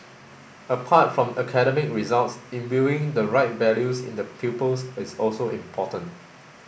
apart from academic results imbuing the right values in the pupils is also important